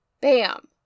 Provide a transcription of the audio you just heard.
bam